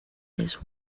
this